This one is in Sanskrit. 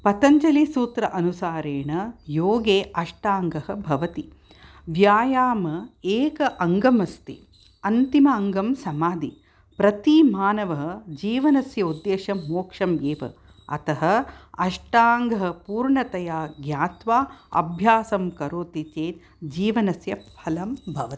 पतञ्जलिसूत्र अनुसारेण योगे अष्टाङ्गः भवति व्यायाम एक अङ्गम् अस्ति अन्तिम अङ्गं समाधि प्रतिमानवं जीवनस्य उद्देश्यं मोक्ष एव अतः अष्टाङ्ग पूर्णतया ज्ञात्वा अभ्यासं करोति चेत् जीवनस्य फलं भवति